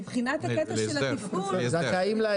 מבחינת הקטע של התפעול --- להסדר.